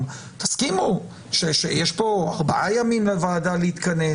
תסכימו שיש פה ארבעה ימים לוועדה להתכנס.